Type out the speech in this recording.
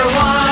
one